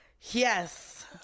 Yes